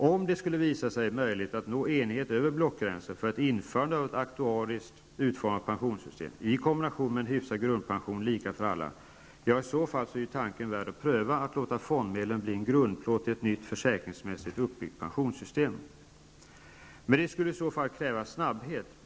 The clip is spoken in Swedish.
Om det skulle visa sig möjligt att över blockgränsen nå enighet om ett införande av ett aktuariskt utformat pensionssystem, i kombination med en hyfsad grundpension lika för alla, ja, i så fall är det värt att pröva tanken på att låta fondmedlen bli en grundplåt i ett nytt försäkringsmässigt uppbyggt pensionssystem. Men då krävs snabbhet.